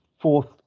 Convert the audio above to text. fourth